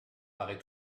paraît